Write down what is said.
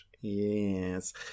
Yes